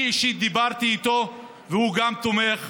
אני אישית דיברתי איתו והוא גם תומך.